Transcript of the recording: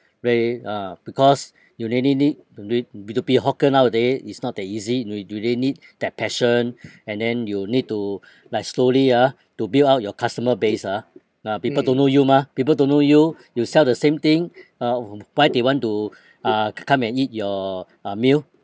re~ uh because you really need to be to be a hawker nowaday is not that easy you you really need that passion and then you'll need to like slowly ah to build up your customer base ah ah people don't know you mah people don't know you you sell the same thing uh why they want to uh co~ come and eat your uh meal